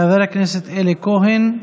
חבר הכנסת אלי כהן,